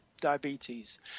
diabetes